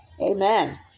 Amen